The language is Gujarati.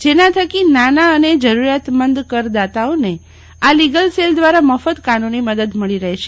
જેના થકી નાના અને જરૂરિયાત મંદ કરદાતાઓને આ લીગલ સેલ દ્વારા મફત કાનૂની મદદ મળી રહેશે